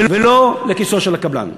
ולא לכיסו של הקבלן.